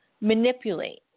manipulate